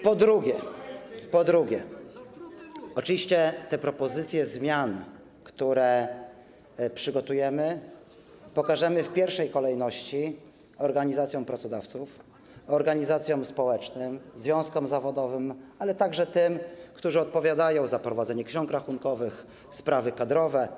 Po drugie, oczywiście te propozycje zmian, które przygotujemy, pokażemy w pierwszej kolejności organizacjom pracodawców, organizacjom społecznym, związkom zawodowym, ale także tym, którzy odpowiadają za prowadzenie ksiąg rachunkowych, sprawy kadrowe.